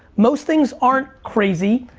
most things aren't crazy.